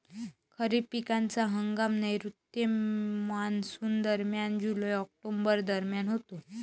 खरीप पिकांचा हंगाम नैऋत्य मॉन्सूनदरम्यान जुलै ऑक्टोबर दरम्यान होतो